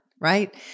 Right